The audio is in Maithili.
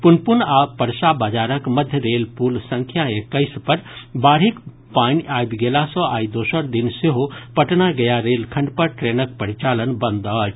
पुनपुन आ परसा बाजारक मध्य रेल पुल संख्या एक्कैस पर बाढ़िक पानि आबि गेला सॅ आइ दोसर दिन सेहो पटना गया रेलखंड पर ट्रेनक परिचालन बंद अछि